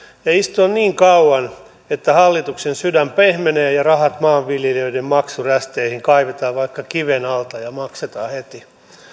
ja istua niin kauan että hallituksen sydän pehmenee ja rahat maanviljelijöiden maksurästeihin kaivetaan vaikka kiven alta ja maksetaan heti